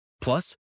Plus